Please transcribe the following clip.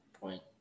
point